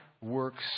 works